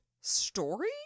story